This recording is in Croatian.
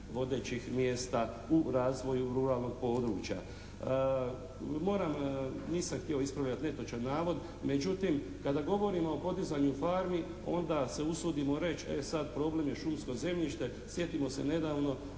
vodećih mjesta u razvoju ruralnog područja. Moram, nisam htio ispravljati netočan navod međutim, kada govorimo o podizanju farmi onda se usudimo reći e sad problem je šumsko zemljište. Sjetimo se nedavno